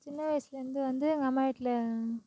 சின்ன வயசுலேருந்து வந்து எங்கள் அம்மா வீட்டில்